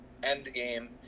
Endgame